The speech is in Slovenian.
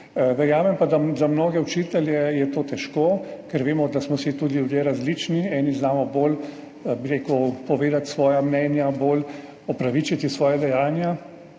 Verjamem pa, da je za mnoge učitelje to težko, ker vemo, da smo si ljudje različni, eni znamo bolj, bi rekel, povedati svoja mnenja, bolj opravičiti svoja dejanja,